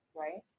right